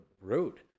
road